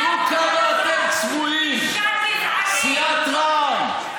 תראו כמה אתם צבועים, סיעת רע"ם.